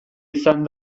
izan